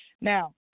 Now